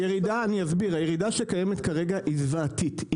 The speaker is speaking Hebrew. הירידה שקיימת כרגע היא זוועתית,